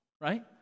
right